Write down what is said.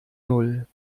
null